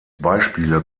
beispiele